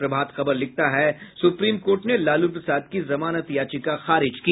प्रभात खबर लिखता है supreme court ने लालू प्रसाद की जमानत याचिका खारिज की